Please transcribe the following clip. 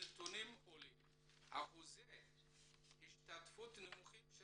מהנתונים עולה שיעור השתתפות נמוך של